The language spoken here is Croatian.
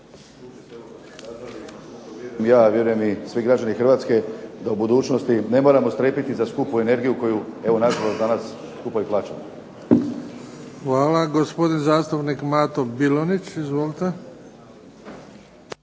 Ja vjerujem i svi građani Hrvatske da u budućnosti ne moramo strepiti za skupu energiju koju evo nažalost danas skupo i plaćamo.